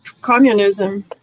communism